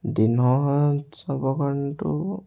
দিনত যাব কাৰণেতো